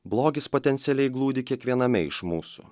blogis potencialiai glūdi kiekviename iš mūsų